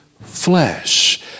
flesh